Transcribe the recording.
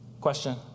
Question